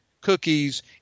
cookies